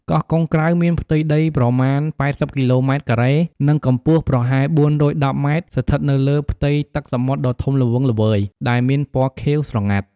កោះកុងក្រៅមានផ្ទៃដីប្រមាណ៨០គីឡូម៉ែត្រការ៉េ និងកម្ពស់ប្រហែល៤១០ម៉ែត្រ ស្ថិតនៅលើផ្ទៃទឹកសមុទ្រដ៏ធំល្វឹងល្វើយ ដែលមានព៌ណខៀវស្រងាត់។